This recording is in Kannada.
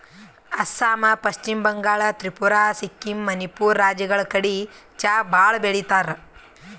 ಅಸ್ಸಾಂ, ಪಶ್ಚಿಮ ಬಂಗಾಳ್, ತ್ರಿಪುರಾ, ಸಿಕ್ಕಿಂ, ಮಣಿಪುರ್ ರಾಜ್ಯಗಳ್ ಕಡಿ ಚಾ ಭಾಳ್ ಬೆಳಿತಾರ್